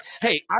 hey